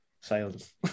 silence